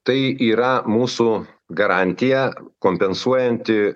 tai yra mūsų garantija kompensuojanti